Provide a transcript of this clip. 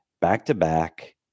back-to-back